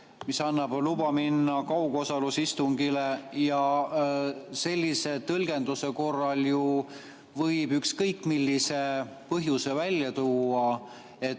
mis annavad loa minna üle kaugosalusega istungile? Sellise tõlgenduse korral ju võib ükskõik millise põhjuse välja tuua,